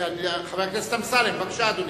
חבר הכנסת אמסלם, בבקשה, אדוני,